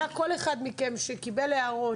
כל אחד מכם שקיבל הערות,